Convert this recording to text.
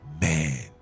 Man